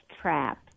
trap